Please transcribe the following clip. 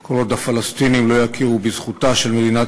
כל עוד הפלסטינים לא יכירו בזכותה של מדינת